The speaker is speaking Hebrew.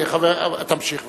תמשיך בבקשה.